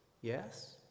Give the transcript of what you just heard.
Yes